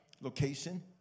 location